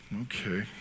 Okay